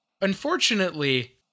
unfortunately